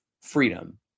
freedom